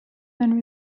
then